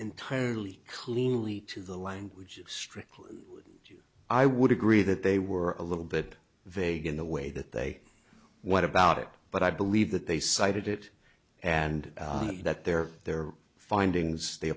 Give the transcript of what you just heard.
entirely cleanly to the language of strictly i would agree that they were a little bit vague in the way that they what about it but i believe that they cited it and that they're their findings they